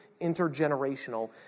intergenerational